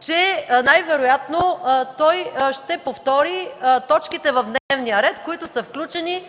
че най-вероятно той ще повтори точките в дневния ред, които са включени